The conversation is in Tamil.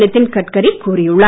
நிதின் கட்கரி கூறியுள்ளார்